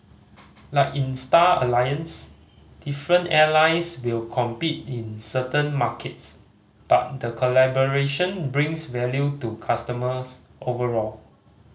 like in Star Alliance different airlines will compete in certain markets but the collaboration brings value to customers overall